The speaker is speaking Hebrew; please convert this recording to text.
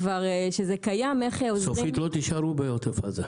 וכשזה כבר קיים איך --- סופית לא תישארו בעוטף עזה.